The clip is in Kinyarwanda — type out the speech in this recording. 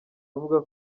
avuga